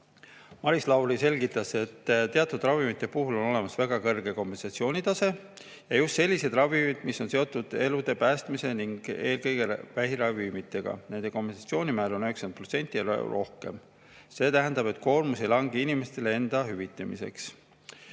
Maris Lauri selgitas, et teatud ravimite puhul on väga kõrge kompensatsioonitase ja need on just sellised ravimid, mis on seotud elude päästmise ning eelkõige vähiravimitega, nende kompensatsioonimäär on 90% ja rohkem. See tähendab, et hüvitamise koormus ei lange inimestele endale.